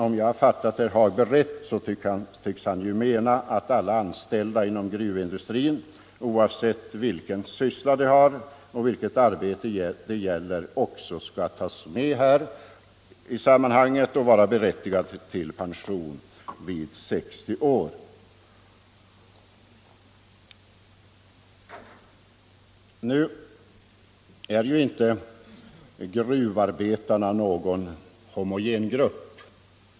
Om jag har fattat herr Hagberg i Borlänge rätt, tycks han mena att alla anställda inom gruvindustrin, oavsett vilket arbete det gäller, också skall tas med i sammanhanget och vara berättigade till pension vid 60 år. Nu är ju inte gruvarbetarna någon homogen grupp.